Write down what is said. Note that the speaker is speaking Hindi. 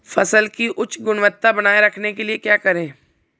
फसल की उच्च गुणवत्ता बनाए रखने के लिए क्या करें?